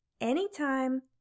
anytime